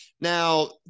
Now